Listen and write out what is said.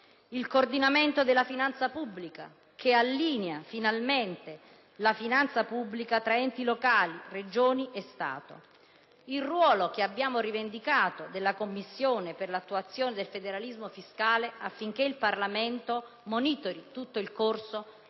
il coordinamento della finanza pubblica, che allinea finalmente la finanza pubblica tra enti locali, Regioni e Stato. Vi è, inoltre, il ruolo che abbiamo rivendicato della Commissione per l'attuazione del federalismo fiscale, affinché il Parlamento monitori tutto il corso